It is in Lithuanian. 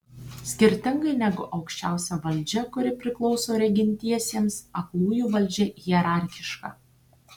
skirtingai negu aukščiausia valdžia kuri priklauso regintiesiems aklųjų valdžia hierarchiška